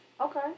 Okay